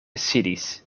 sidis